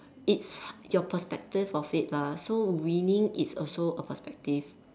it's your perspective of it lah so winning is also a perspective